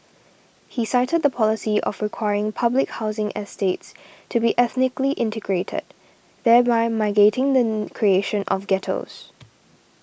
he cited the policy of requiring public housing estates to be ethnically integrated thereby mitigating then creation of ghettos